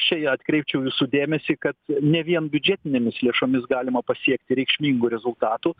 čia atkreipčiau jūsų dėmesį kad ne vien biudžetinėmis lėšomis galima pasiekti reikšmingų rezultatų